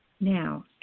Now